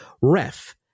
ref